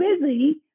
busy